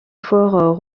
fort